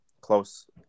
close